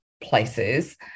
places